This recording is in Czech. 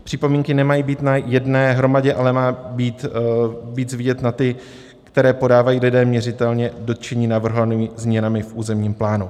Připomínky nemají být na jedné hromadě, ale má být víc vidět na ty, které podávají lidé měřitelně dotčení navrhovanými změnami v územním plánu.